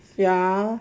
ya